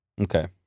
Okay